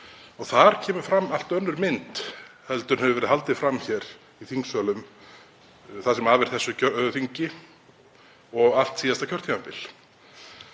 Þar kemur fram allt önnur mynd en hefur verið haldið fram hér í þingsal það sem af er þessu þingi og allt síðasta kjörtímabil